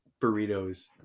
burritos